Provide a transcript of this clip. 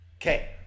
Okay